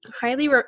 highly